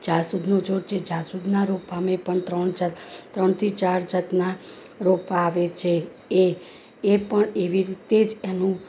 જાસૂદનું છોડ છે જાસૂદના રોપા મેં પણ ત્રણ ચાર ત્રણ થી ચાર જાતના રોપા આવે છે એ એ પણ એવી રીતે જ એનું